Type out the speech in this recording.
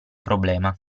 problema